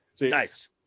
Nice